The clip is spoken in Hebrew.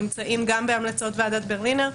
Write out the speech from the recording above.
האלה נמצאים גם בהמלצות ועדת ברלינר,